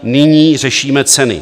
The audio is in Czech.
Nyní řešíme ceny.